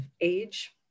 age